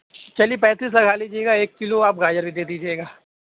چلیے پینتیس لگا لیجیے گا ایک کلو آپ گاجر بھی دے دیجیے گا